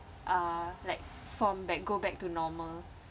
uh like form back go back to normal